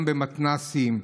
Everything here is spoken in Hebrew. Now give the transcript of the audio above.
גם במתנ"סים,